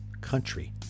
country